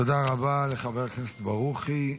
תודה רבה לחבר הכנסת ברוכי.